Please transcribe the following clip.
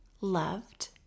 loved